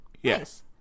Yes